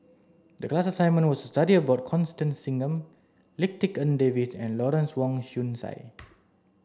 the class assignment was to study about Constance Singam Lim Tik En David and Lawrence Wong Shyun Tsai